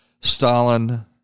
Stalin